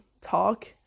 talk